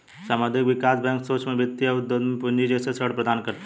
सामुदायिक विकास बैंक सूक्ष्म वित्त या उद्धम पूँजी जैसे ऋण प्रदान करते है